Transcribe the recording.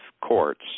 courts